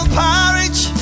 porridge